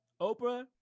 oprah